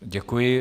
Děkuji.